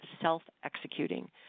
self-executing